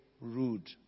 rude